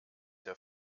der